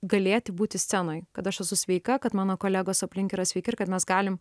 galėti būti scenoj kad aš esu sveika kad mano kolegos aplink yra sveiki ir kad mes galim